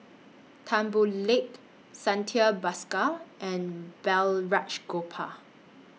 Tan Boo Liat Santha Bhaskar and Balraj Gopal